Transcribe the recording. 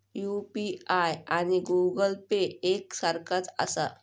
UPI आणि Google Pay एक सारख्याच आसा?